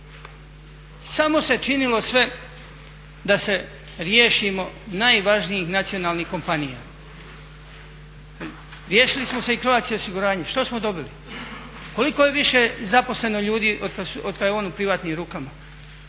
Samo se činilo sve da se riješimo najvažnijih nacionalnih kompanija. Riješili smo se i Croatia osiguranja, što smo dobili? Koliko je više zaposleno ljudi od kad je on u privatnim rukama,